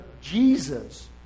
Jesus